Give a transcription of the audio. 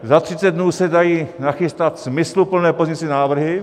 Za třicet dnů se dají nachystat smysluplné pozměňující návrhy.